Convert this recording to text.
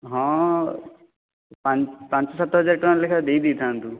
ହଁ ପାଞ୍ଚ ସାତ ହଜାର ଟଙ୍କା ଲେଖା ଦେଇ ଦେଇ ଥାନ୍ତୁ